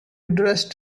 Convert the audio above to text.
dressed